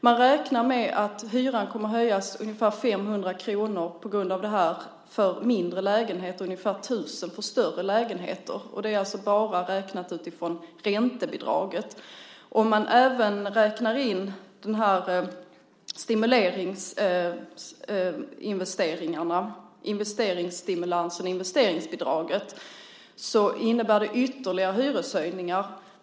Man räknar med att hyran kommer att höjas med ungefär 500 kr för mindre lägenheter och ungefär 1 000 kr för större lägenheter på grund av det här. Det är alltså bara räknat utifrån räntebidraget. Om man även räknar in investeringsstimulansen, investeringsbidraget, innebär det ytterligare hyreshöjningar.